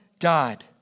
God